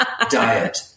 diet